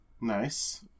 Nice